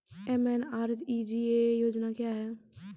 MNREGA योजना क्या हैं?